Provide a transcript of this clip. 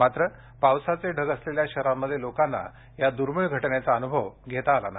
मात्र पावसाचे ढग असलेल्या शहरांमध्ये लोकांना या दुर्मिळ घटनेचा अनुभव घेता आला नाही